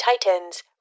Titans